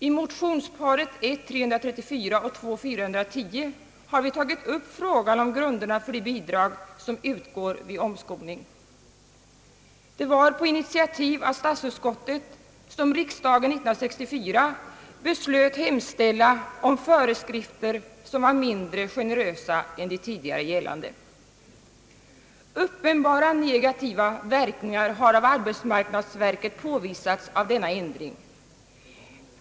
I motionsparet I: 334 och II: 410 har vi tagit upp frågan om grunderna för de bidrag som utgår vid omskolning. Det var på initiativ av statsutskottet som riksdagen år 1964 beslöt hemställa om föreskrifter som var mindre generösa än de tidigare gällande. Uppenbart negativa verkningar av denna ändring har påvisats av arbetsmarknadsverket.